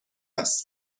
است